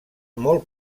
molt